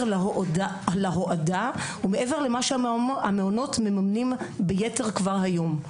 להועדה ומעבר למה שהמעונות מממנים ביתר כבר היום.